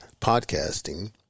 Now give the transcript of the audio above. podcasting